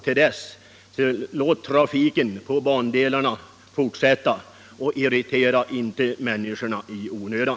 Till dess: Låt trafiken på bandelarna fortsätta och irritera inte människorna i onödan!